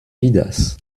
vidas